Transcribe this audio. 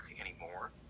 anymore